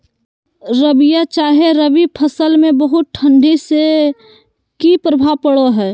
रबिया चाहे रवि फसल में बहुत ठंडी से की प्रभाव पड़ो है?